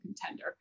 contender